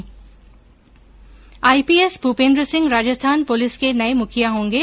IPS Bhupendra Singh Rajasthan police के नए मुखिया होंगे